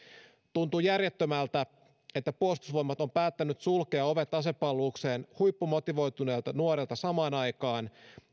tuntuu järjettömältä että puolustusvoimat on päättänyt sulkea ovet asepalvelukseen huippumotivoituneelta nuorelta samaan aikaan